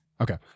Okay